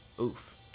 oof